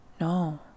no